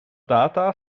data